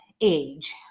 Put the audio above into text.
age